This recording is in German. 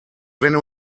wenn